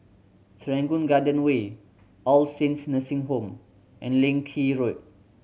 Serangoon Garden Way All Saints Nursing Home and Leng Kee Road